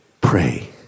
pray